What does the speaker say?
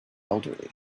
elderly